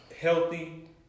healthy